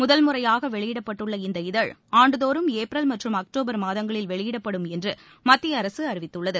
முதல் முறையாக வெளியிடப்பட்டுள்ள இந்த இதழ் ஆண்டுதோறும் ஏப்ரல் மற்றும் அக்டோபர் மாதங்களில் வெளியிடப்படும் என்று மத்திய அரசு அறிவித்துள்ளது